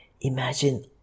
Imagine